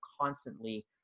constantly